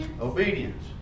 Obedience